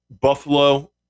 Buffalo